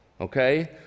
okay